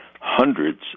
hundreds